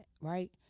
right